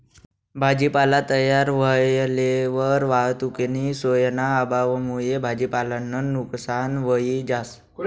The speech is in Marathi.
भाजीपाला तयार व्हयेलवर वाहतुकनी सोयना अभावमुये भाजीपालानं नुकसान व्हयी जास